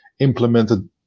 implemented